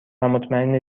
مطمئن